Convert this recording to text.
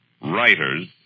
Writers